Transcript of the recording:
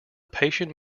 patient